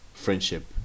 friendship